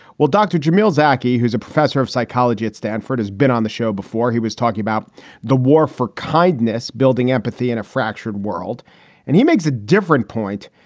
well, dr. jamal zacky, who's a professor of psychology at stanford, has been on the show before. he was talking about the war for kindness, building empathy in a fractured world and he makes a different point.